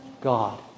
God